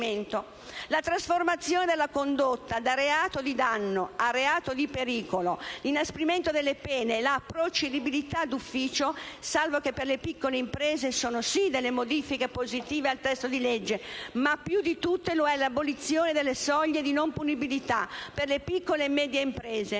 La trasformazione della condotta da reato di danno a reato di pericolo, l'inasprimento delle pene e la procedibilità d'ufficio, salvo che per le piccole imprese, sono sì modifiche positive al testo di legge, ma più di tutte lo è l'abolizione delle soglie di non punibilità per le piccole e medie imprese,